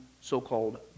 so-called